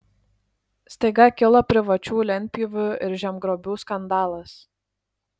staiga kilo privačių lentpjūvių ir žemgrobių skandalas